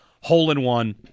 hole-in-one